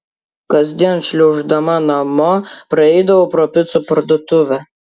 kasdien šliauždama namo praeidavau pro picų parduotuvę